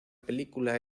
película